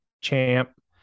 champ